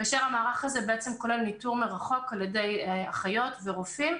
כאשר המערך הזה בעצם כולל ניתור מרחוק על-ידי אחיות ורופאים,